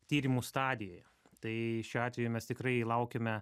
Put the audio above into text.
tyrimų stadijoje tai šiuo atveju mes tikrai laukiame